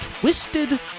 twisted